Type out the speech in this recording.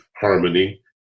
harmony